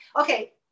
okay